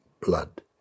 blood